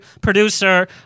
producer